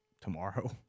tomorrow